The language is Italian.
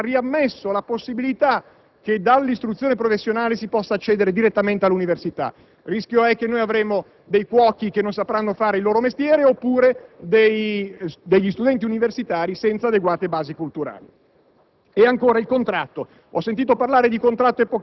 ritengo sia stato un errore, per esempio, avere riammesso la possibilità che dall'istruzione professionale si possa accedere direttamente all'università, perché corriamo il rischio di avere dei cuochi che non sapranno fare il loro mestiere o degli studenti universitari senza adeguate basi culturali.